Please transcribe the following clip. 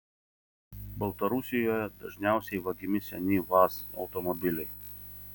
baltarusijoje dažniausiai vagiami seni vaz automobiliai